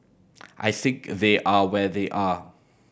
I think they are where they are